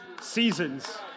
seasons